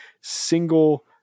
single